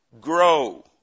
grow